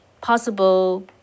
possible